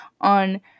on